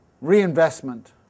reinvestment